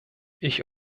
ich